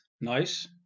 nice